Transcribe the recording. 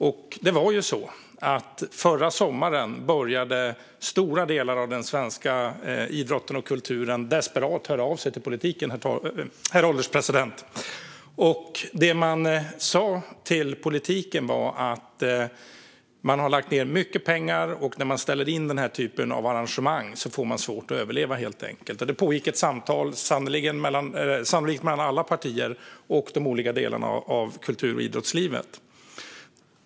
Förra sommaren, herr ålderspresident, började ju stora delar av den svenska idrotten och kulturen desperat att höra av sig till politiken. Det man sa till politiken var att man har lagt ned mycket pengar och att man får svårt att överleva när man ställer in den här typen av arrangemang. Det pågick ett samtal - sannolikt mellan alla partier och de olika delarna av kultur och idrottslivet.